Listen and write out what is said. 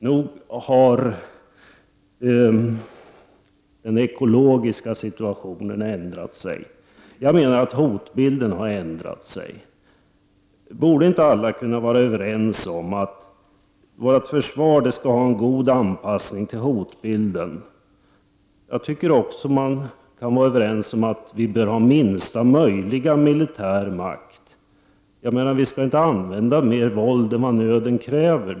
Nog har den ekologiska situationen ändrat sig. Jag menar att hotbilden har ändrat sig. Borde inte alla kunna vara överens om att vårt försvar skall ha en god anpassning till hotbilden? Vi kan också enligt min uppfattning vara överens om att vi bör ha minsta möjliga militära makt. Vi skall inte använda mer våld än vad nöden kräver.